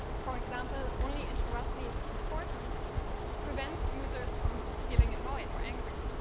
for example, only interrupt me if it's important prevents users from feeling annoyed or angry.